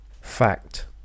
fact